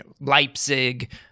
Leipzig